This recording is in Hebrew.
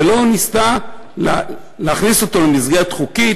ולא ניסתה להכניס אותו למסגרת חוקית,